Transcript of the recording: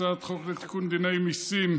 הצעת חוק לתיקון דיני מיסים.